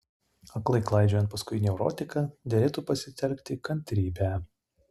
aklai klaidžiojant paskui neurotiką derėtų pasitelkti kantrybę